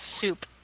soup